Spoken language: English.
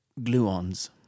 gluons